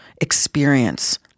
experience